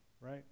right